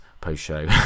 post-show